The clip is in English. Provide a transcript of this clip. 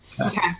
Okay